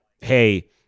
hey